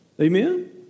Amen